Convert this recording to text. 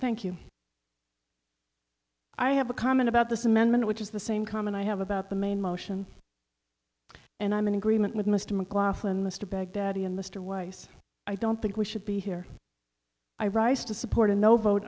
thank you i have a comment about this amendment which is the same common i have about the maine motion and i'm in agreement with mr mclaughlin mr baghdadi and mr weiss i don't think we should be here i rise to support a no vote